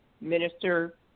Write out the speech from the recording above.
minister